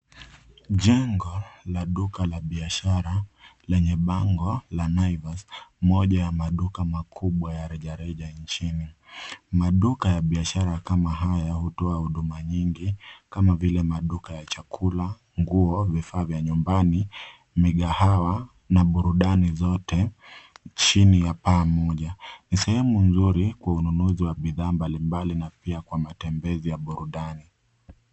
Jengo la duka la biashara lenye bango la Naivas, moja ya maduka makubwa ya rejareja nchini. Maduka ya biashara kama haya hutoa huduma nyingi kama vile maduka ya chakula, nguo, vifaa vya nyumbani, mikahawa na burudani zote chini ya paa moja. Ni sehemu nzuri kwa ununuzi wa bidhaa mbalimbali na pia kwa matembezi ya burudani.